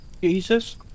Jesus